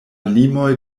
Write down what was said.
limoj